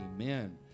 amen